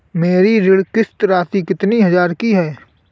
मेरी ऋण किश्त राशि कितनी हजार की है?